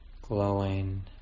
glowing